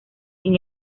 sin